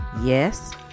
yes